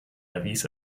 erwies